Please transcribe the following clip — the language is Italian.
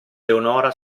leonora